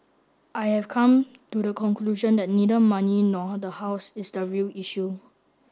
I have come to the conclusion that neither money nor the house is the real issue